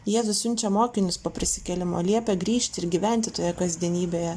jėzus siunčia mokinius po prisikėlimo liepia grįžti gyventi toje kasdienybėje